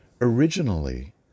Originally